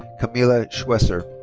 kamilla schweser.